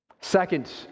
Second